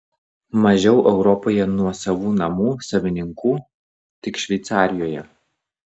mažiau europoje nuosavų namų savininkų tik šveicarijoje